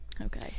Okay